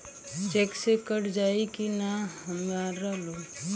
Check से cut जाई की ना हमार लोन?